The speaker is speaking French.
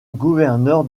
gouverneur